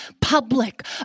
public